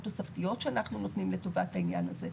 תוספתיות שאנחנו נותנים לטובת העניין הזה,